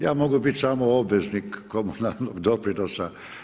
Ja mogu biti samo obveznik komunalnog doprinosa.